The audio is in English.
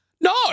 No